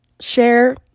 share